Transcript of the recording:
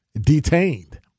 detained